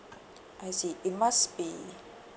I see it must be